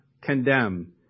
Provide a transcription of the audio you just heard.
condemn